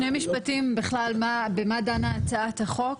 בשני משפטים, בכלל במה דנה הצעת החוק.